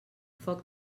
foc